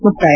ಮುಕ್ತಾಯ